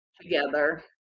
together